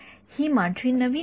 ही माझी नवीन व्याख्या आहे